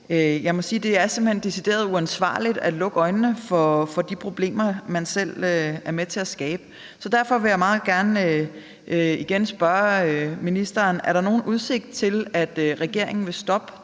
Jeg må sige, at det simpelt hen er decideret uansvarligt at lukke øjnene for de problemer, man selv er med til at skabe. Derfor vil jeg meget gerne igen spørge ministeren: Er der nogen udsigt til, at regeringen vil stoppe